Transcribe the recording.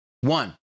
one